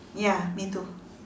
ya me too